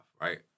right